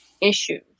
issues